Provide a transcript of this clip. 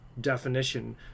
definition